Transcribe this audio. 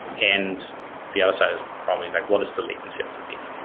and the other side is probably like what is the latency of the data?